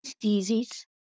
diseases